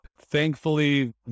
thankfully